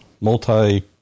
multi